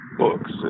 books